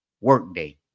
Workday